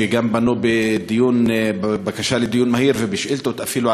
שגם פנו בבקשה לדיון מהיר ובשאילתות אפילו,